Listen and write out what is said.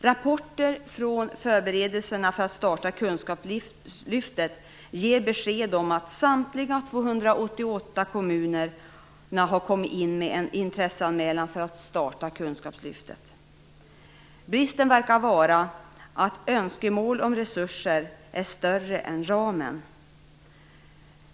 Rapporter från förberedelserna för att starta kunskapslyftet ger besked om att samtliga 288 kommuner har kommit in med en intresseanmälan för att få starta kunskapslyftet. Bristen verkar vara att önskemålen om resurser är större än ramen.